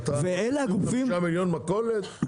25 מיליון מכולת?